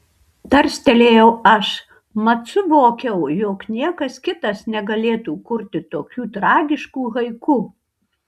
tarstelėjau aš mat suvokiau jog niekas kitas negalėtų kurti tokių tragiškų haiku